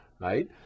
right